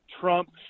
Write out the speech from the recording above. Trump